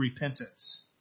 repentance